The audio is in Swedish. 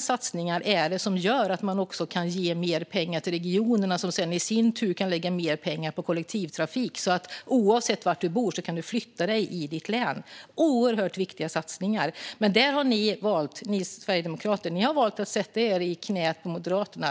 Satsningarna på välfärden gör att man också kan ge mer pengar till regionerna som sedan i sin tur kan lägga mer pengar på kollektivtrafik så att du, oavsett var du bor, kan flytta dig i ditt län. Det är oerhört viktiga satsningar. Där har ni sverigedemokrater valt att sätta er i knät på Moderaterna.